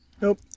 nope